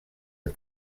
are